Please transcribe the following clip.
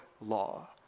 law